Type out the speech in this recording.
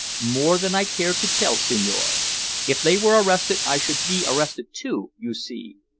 more than i care to tell, signore. if they were arrested i should be arrested, too, you see.